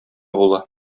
була